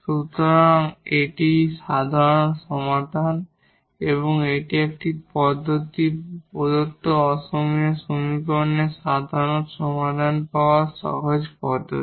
সুতরাং এটি সাধারণ সমাধান এবং এটি একটি পদ্ধতি বা প্রদত্ত নন হোমোজিনিয়াস সমীকরণের সাধারণ সমাধান পাওয়ার সহজ পদ্ধতি